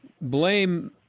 blame